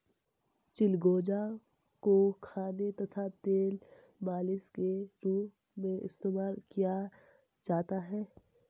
चिलगोजा को खाने तथा तेल मालिश के रूप में इस्तेमाल किया जाता है